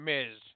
Miz